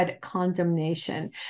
condemnation